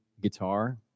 Guitar